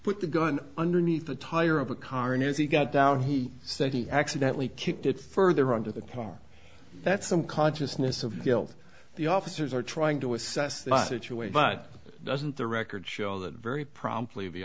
put the gun underneath the tire of the car and as he got down he said he accidentally kicked it further into the car that's some consciousness of guilt the officers are trying to assess the situation but doesn't the record show that very promptly the